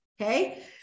Okay